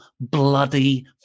bloody